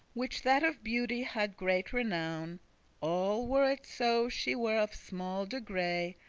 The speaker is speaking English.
which that of beauty hadde great renown all were it so she were of small degree,